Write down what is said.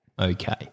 Okay